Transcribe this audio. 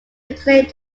reclaimed